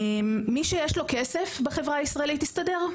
מי שיש לו כסף בחברה הישראלית יסתדר,